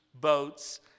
boats